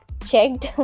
Checked